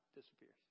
disappears